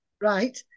right